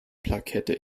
plakette